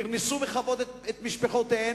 פרנסו בכבוד את משפחותיהם,